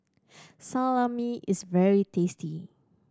salami is very tasty